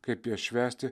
kaip jas švęsti